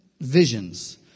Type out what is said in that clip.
visions